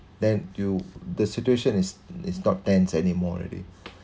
then you the situation is is not tense anymore already